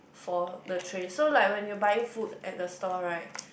for the tray so like when you buying food at the store right